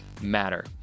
matter